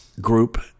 group